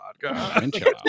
vodka